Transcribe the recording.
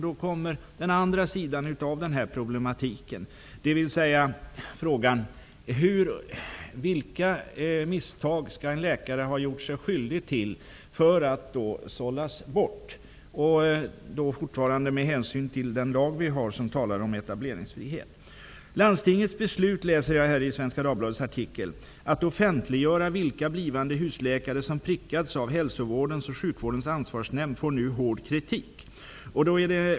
Där kommer den andra sidan av problematiken fram, dvs. frågan om vilka misstag en läkare skall ha gjort sig skyldig till för att sållas bort, fortfarande med hänsyn till den lag vi har, som talar om etableringsfrihet. Jag läser i Svenska Dagbladets artikel att landstingets beslut att offentliggöra vilka blivande husläkare som prickats av Hälso och sjukvårdens ansvarsnämnd nu får hård kritik.